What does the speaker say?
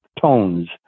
tones